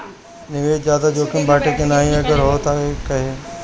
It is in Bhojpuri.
निवेस ज्यादा जोकिम बाटे कि नाहीं अगर हा तह काहे?